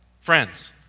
friends